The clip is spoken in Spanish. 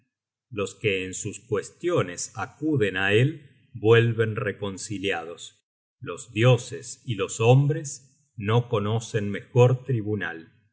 los que en sus cuestiones acuden á él vuelven reconciliados los dioses y los hombres no conocen mejor tribunal